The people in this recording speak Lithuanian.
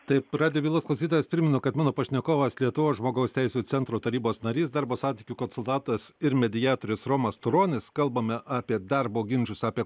taip radijo bylos klausytojams primenu kad mano pašnekovas lietuvos žmogaus teisių centro tarybos narys darbo santykių konsultantas ir mediatorius romas turonis kalbame apie darbo ginčus apie